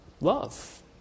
Love